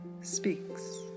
Speaks